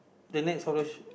the next of the sh~